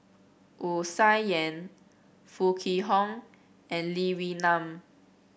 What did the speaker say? Wu Tsai Yen Foo Kwee Horng and Lee Wee Nam